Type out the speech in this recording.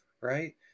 right